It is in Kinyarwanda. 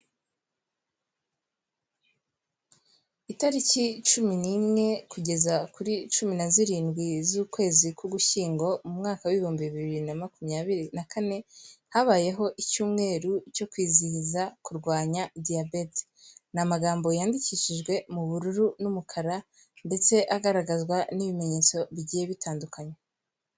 Itariki cumi n'imwe kugeza kuri cumi na zirindwi z'ukwezi k'ugushyingo umwaka w'ibihumbi bibiri na makumyabiri na kane habayeho icyumweru cyo kwizihiza kurwanya diyabete, ni amagambo yandikishijwe mu bururu n'umukara ndetse agaragazwa n'ibimenyetso bigiye bitandukanye.